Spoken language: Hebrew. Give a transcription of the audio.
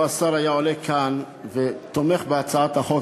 לו עלה כאן השר ותמך בהצעת החוק,